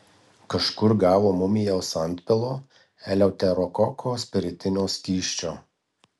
kažkur gavo mumijaus antpilo eleuterokoko spiritinio skysčio